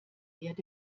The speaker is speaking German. erde